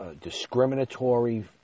discriminatory